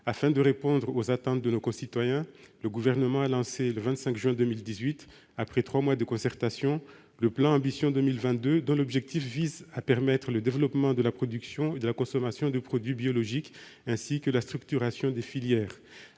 Afin de répondre aux attentes de nos concitoyens, le Gouvernement a lancé, le 25 juin 2018, après trois mois de concertation, le plan Ambition bio 2022, dont l'objectif vise à permettre le développement de la production et de la consommation de produits biologiques ainsi que la structuration des filières.